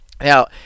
Now